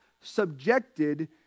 subjected